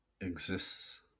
exists